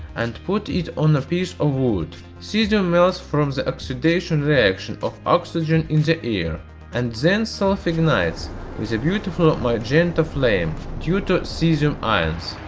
and put it on a piece of wood. cesium melts from the oxidation reaction of oxygen in the air and then self ignites with a beautiful magenta flame due to cesium ions.